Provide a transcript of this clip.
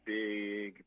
big